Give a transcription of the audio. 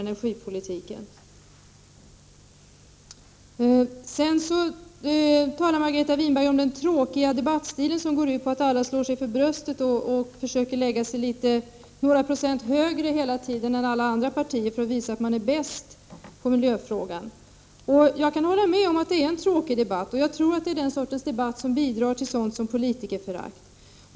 Margareta Winberg talade om den tråkiga debattstilen som går ut på att alla slår sig för bröstet och hela tiden försöker placera sig några procent högre än andra för att visa sig bäst i miljöfrågan. Jag kan hålla med om att det är en tråkig debatt, och jag tror också att det är den sortens debatt som bidrar till politikerförakt.